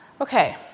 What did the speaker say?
Okay